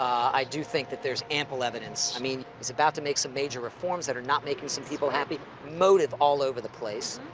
i do think that there's ample evidence. i mean, he's about to make some major reforms that are not making making some people happy. motive all over the place.